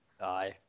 Aye